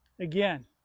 Again